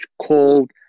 called